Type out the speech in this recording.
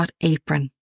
Apron